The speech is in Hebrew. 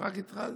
רק התחלתי.